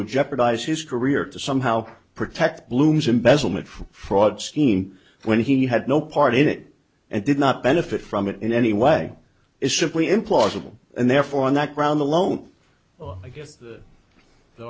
would jeopardize his career to somehow protect bloom's embezzlement from fraud scheme when he had no part in it and did not benefit from it in any way is simply implausible and therefore on that ground alone i guess the the